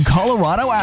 Colorado